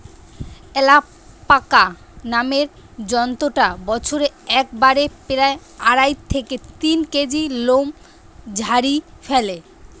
alpaca নামের জন্তুটা বছরে একবারে প্রায় আড়াই থেকে তিন কেজি লোম ঝাড়ি ফ্যালে